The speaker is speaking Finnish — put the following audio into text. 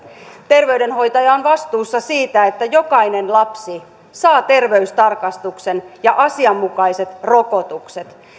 terveydenhoitaja on vastuussa siitä että jokainen lapsi saa terveystarkastuksen ja asianmukaiset rokotukset